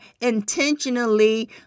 Intentionally